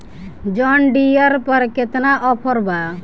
John Deere पर केतना offer बा?